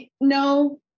no